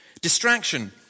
Distraction